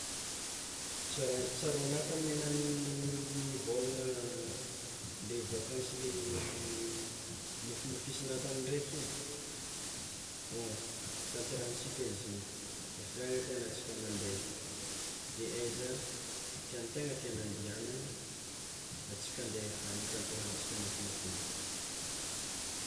Tsara- tsaroana tamin'ny enao nivôlana le vakansy le nofinofisinao tamin-draiky igny? Bon, tanterahatsika izy igny, hafiriàgna tiàgna tsika mande de aiza tia- tegna tiàgnao andehagnana? Atsika andeha akagny hitanterahitsika nofinofinao.